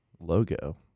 logo